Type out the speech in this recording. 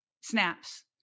snaps